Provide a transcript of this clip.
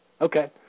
Okay